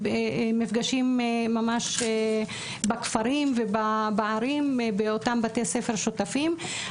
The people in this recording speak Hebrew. מפגשים ממש בכפרים ובערים באותם בתי ספר שותפים.